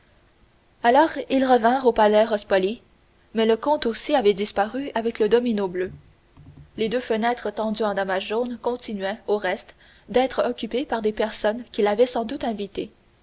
alors ils revinrent au palais rospoli mais le comte aussi avait disparu avec le domino bleu les deux fenêtres tendues en damas jaune continuaient au reste d'être occupées par des personnes qu'il avait sans doute invitées